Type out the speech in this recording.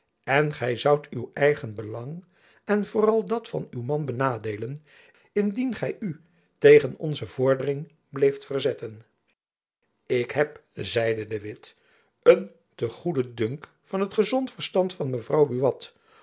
en gy zoudt uw eigen belang en vooral dat van uw man benadeelen indien gy u tegen onze vordering bleeft verzetten jacob van lennep elizabeth musch ik heb zeide de witt een te goeden dunk van het gezond verstand van mevrouw buat